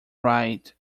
right